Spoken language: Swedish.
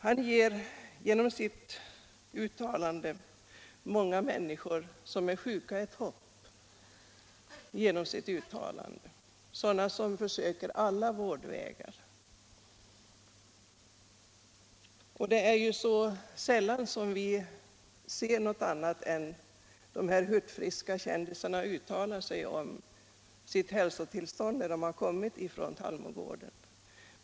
Han inger genom detta uttalande förhoppningar hos många sjuka människor som prövar alla vårdvägar. Men det är ju sällan som vi ser andra än hurtfriska kändisar uttala sig om sitt hälsotillstånd sedan de kommit från Tallmogården.